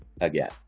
again